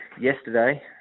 yesterday